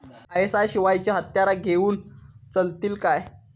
ISI शिवायची हत्यारा घेऊन चलतीत काय?